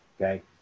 okay